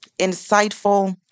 insightful